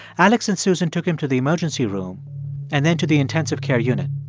alex and susan took him to the emergency room and then to the intensive care unit.